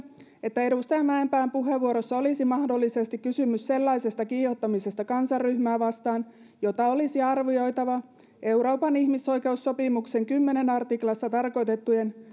että edustaja mäenpään puheenvuorossa olisi mahdollisesti kysymys sellaisesta kiihottamisesta kansanryhmää vastaan jota olisi arvioitava euroopan ihmisoikeussopimuksen kymmenennessä artiklassa tarkoitettujen